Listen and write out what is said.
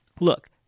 Look